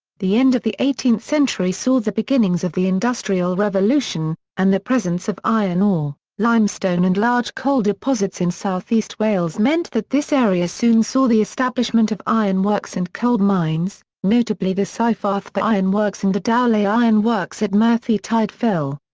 the end of the eighteenth century saw the beginnings of the industrial revolution, and the presence of iron ore, limestone and large coal deposits in south-east wales meant that this area soon saw the establishment of ironworks and coal mines, notably the cyfarthfa ironworks and the dowlais ironworks at merthyr tydfil.